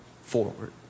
forward